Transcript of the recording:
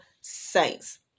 saints